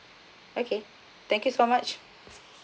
okay thank you so much